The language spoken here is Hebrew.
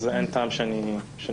אז אין טעם שאני אתייחס.